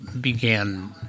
began